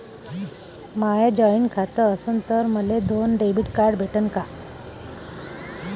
माय joint खातं असन तर मले दोन डेबिट कार्ड भेटन का?